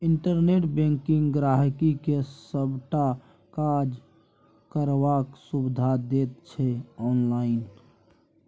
internet banking गांहिकी के सबटा काज करबाक सुविधा दैत छै आनलाइन